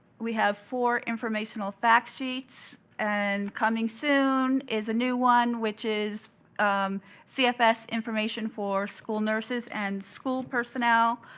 we have four informational fact sheets and coming soon is a new one, which is cfs information for school nurses and school personnel.